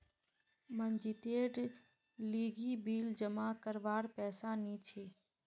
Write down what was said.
मनजीतेर लीगी बिल जमा करवार पैसा नि छी